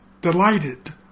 delighted